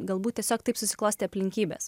galbūt tiesiog taip susiklostė aplinkybės